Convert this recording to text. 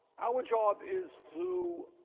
our job is to